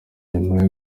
nyuma